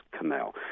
Canal